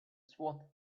swat